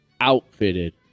outfitted